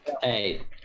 Hey